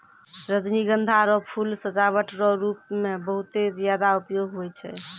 रजनीगंधा रो फूल सजावट रो रूप मे बहुते ज्यादा उपयोग हुवै छै